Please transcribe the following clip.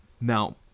Now